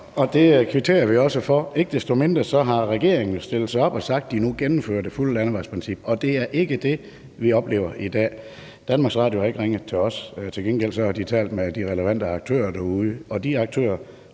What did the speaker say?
Det kvitterer vi også for. Ikke desto mindre har regeringen jo stillet sig op og sagt, at de nu gennemfører det fulde landevejsprincip, og det er ikke det, vi oplever i dag. DR har ikke ringet til os. Til gengæld har de talt med de relevante aktører derude, og de aktører